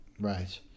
right